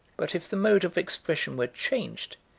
but if the mode of expression were changed,